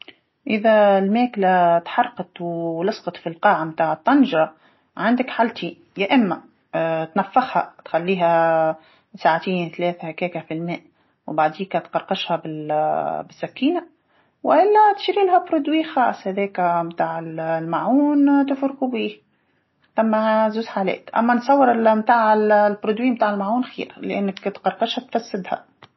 إذا ال- الماكلة تحرقت ولصقت فالقاع تاع الطنجره عندك حالتين، يا إما تنفخها تخليها ساعتين ثلاثة هكاكا فالما ، وبعديكا تقرقشها بال-السكينه وإلا تشريلها منتج خاص هذاكا تاع الماعون تفركو بيه، ثما زوز حالات، أما نتصور ال- تاع المنتج متاع الماعون خير لأنك كي تقرقشها تفسدها.